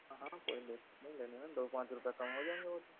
हाँ हाँ कोई नहीं ले लेना दो पाँच रुपये कम हो जाएंगे वो तो